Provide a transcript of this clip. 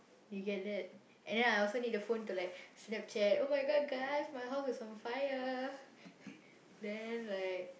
you get that and then I also need the phone to like Snapchat !oh-my-God! guys my house is on fire then like